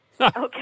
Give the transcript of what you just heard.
Okay